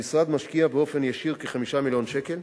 המשרד משקיע באופן ישיר כ-5 מיליון שקל.